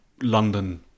london